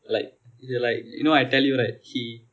like if you like you know I tell you right he